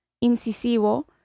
incisivo